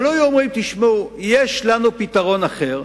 אבל לו היו אומרים: תשמעו, יש לנו פתרון אחר,